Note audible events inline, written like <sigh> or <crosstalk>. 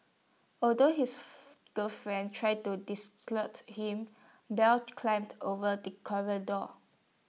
although his <unintelligible> girlfriend tried to diss slut him bell climbed over the corridor